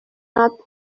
not